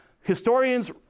Historians